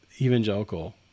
Evangelical